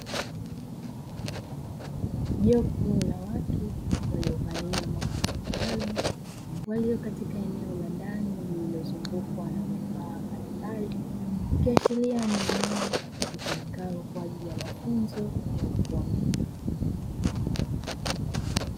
Jopo la watu waliovalia mavazi maalumu walio katika eneo la ndani lililozungukwa na vifaa mbalimbali, ikiashiria ni eneo litumikalo kwa ajili ya mafunzo ya ufundi.